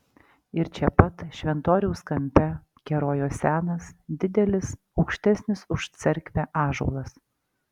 ir čia pat šventoriaus kampe kerojo senas didelis aukštesnis už cerkvę ąžuolas